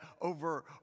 over